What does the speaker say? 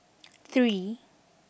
three